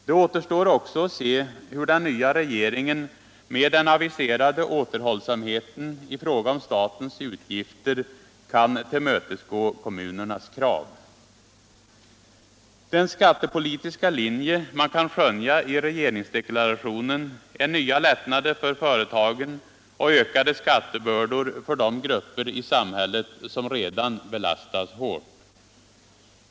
Det återstår också att se hur den nya regeringen med den aviserade återhållsamheten i fråga om statens utgifter kan tillmötesgå kommunernas krav. Den skattepolitiska linje man kan skönja i regeringsdeklarationen är nya lättnader för företagen och ökade skattebördor för de grupper i samhället som redan belastas hårt.